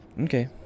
Okay